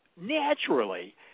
naturally